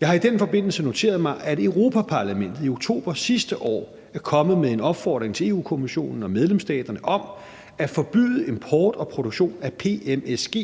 Jeg har i den forbindelse noteret mig, at Europa-Parlamentet i oktober sidste år kom med en opfordring til Europa-Kommissionen og medlemsstaterne om at forbyde import og produktion af PMSG,